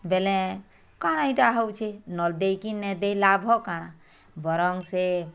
ବେଲେ କାଣା ଏଇଟା ହଉଛି ନଲ୍ ଦେଇକି ନାଇ ଦେଇ ଲାଭ କାଣା ବରଂ ସେ